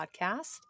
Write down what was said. Podcast